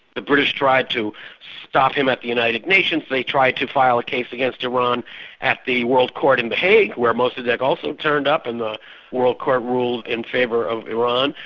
the british tried to stop him at the united nations, they tried to file a case against iran at the world court in the hague where mossadeq also turned up, and the world court ruled in favour of iran.